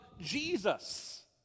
Jesus